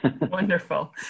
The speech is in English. Wonderful